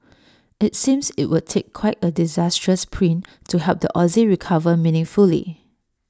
IT seems IT would take quite A disastrous print to help the Aussie recover meaningfully